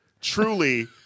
truly